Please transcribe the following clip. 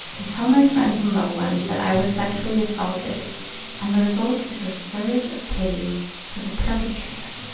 i tell my friends and loved ones that i was sexually assaulted and the result is a sur ge of pity for the perpetrator,